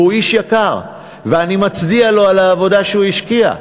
והוא איש יקר ואני מצדיע לו על העבודה שהוא השקיע.